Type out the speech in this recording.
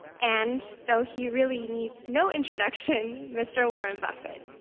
and though he really needs no introduction, mr. warren buffett.